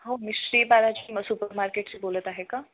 हो मी श्री बालाजी सुपर मार्केटशी बोलत आहे का